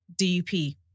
DUP